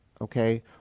okay